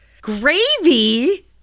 Gravy